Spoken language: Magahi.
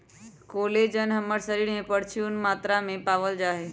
कोलेजन हमर शरीर में परचून मात्रा में पावल जा हई